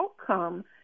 outcome